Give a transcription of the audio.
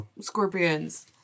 scorpions